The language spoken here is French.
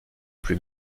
plus